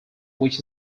which